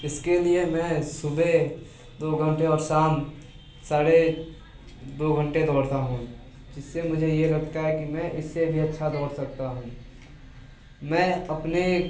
इसके लिए मैं सुबह दो घंटे और साम साढ़े दो घंटे दौड़ता हूँ जिससे मुझे ये लगता है कि मैं इससे भी अच्छा दौड़ सकता हूँ मैं अपने